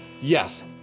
yes